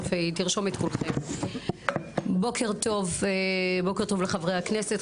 בוקר טוב לחברי הכנסת,